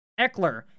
Eckler